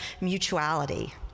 mutuality